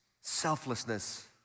Selflessness